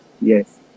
yes